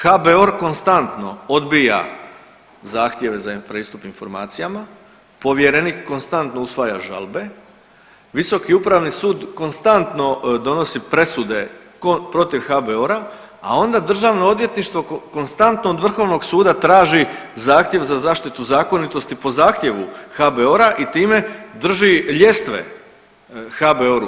HBOR konstantno odbija zahtjeve za pristup informacijama, povjerenik konstantno usvaja žalbe, Visoki upravni sud konstantno donosi presude protiv HBOR-a, a onda državno odvjetništvo konstantno od Vrhovnog suda traži zahtjev za zaštitu zakonitosti po zahtjevu HBOR-a i time drži ljestve HBOR-u.